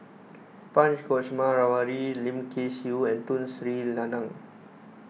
Punch Coomaraswamy Lim Kay Siu and Tun Sri Lanang